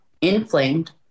inflamed